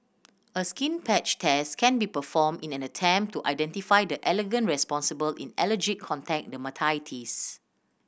a skin patch test can be performed in an attempt to identify the allergen responsible in allergic contact dermatitis